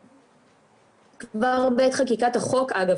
כבר בחקיקת החוק אגב,